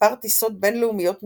במספר טיסות בין-לאומיות נכנסות,